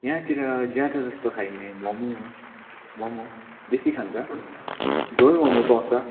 यहाँतिर ज्यादा जस्तो खाइने मोमो मोमो बेसि खान्छ झोल मोमो पाउँछ